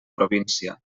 província